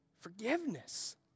forgiveness